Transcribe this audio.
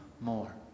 more